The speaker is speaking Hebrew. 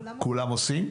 כולם עושים.